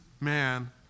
man